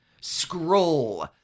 scroll